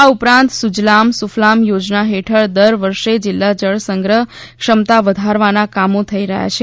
આ ઉપરાંત સુજલામ સુફલામ યોજના હેઠળ દર વર્ષે જીલ્લા જળસંગ્રહ ક્ષમતા વધારવાના કામો થઈ રહ્યા છે